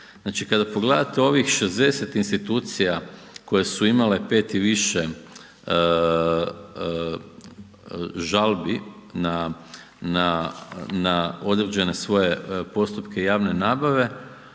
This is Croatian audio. Znači kada pogledate ovih 60 institucija koje su imale 5 i više žalbi na određene svoje postupke javne nabave,